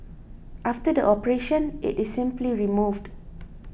after the operation it is simply removed